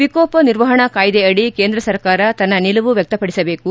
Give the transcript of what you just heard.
ವಿಕೋಪ ನಿರ್ವಹಣಾ ಕಾಯ್ಲೆ ಅಡಿ ಕೇಂದ ಸರ್ಕಾರ ತನ್ನ ನಿಲುವು ವ್ಯಕ್ತಪಡಿಸಬೇಕು